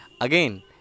Again